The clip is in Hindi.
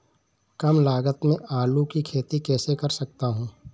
कम लागत में आलू की खेती कैसे कर सकता हूँ?